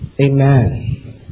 Amen